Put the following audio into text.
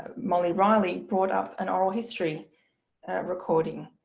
molly riley brought up an oral history recording.